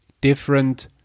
different